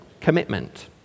commitment